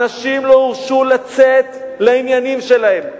אנשים לא הורשו לצאת לעניינים שלהם.